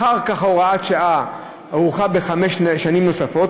אחר כך הוראת השעה הוארכה בחמש שנים נוספות,